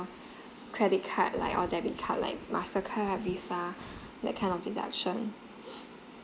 credit card like or debit card like mastercard visa that kind of deduction